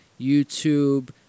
YouTube